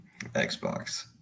Xbox